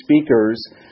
speakers